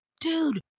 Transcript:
dude